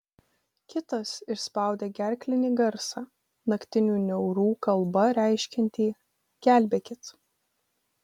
kitas išspaudė gerklinį garsą naktinių niaurų kalba reiškiantį gelbėkit